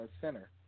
center